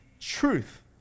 truth